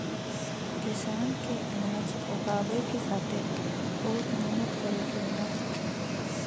किसान के अनाज उगावे के खातिर बहुत मेहनत करे के होला